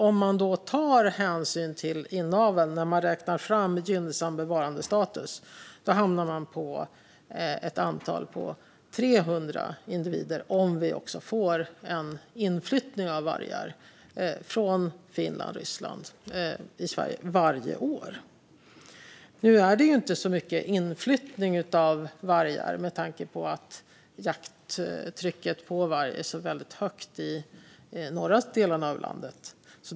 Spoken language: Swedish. Om man tar hänsyn till inavel när man räknar fram siffran för en gynnsam bevarandestatus hamnar man på antalet 300 individer - om vi också får en inflyttning av vargar från Finland och Ryssland till Sverige varje år. Nu är det ju inte så mycket inflyttning av vargar, med tanke på att jakttrycket är så väldigt högt i de norra delarna av landet.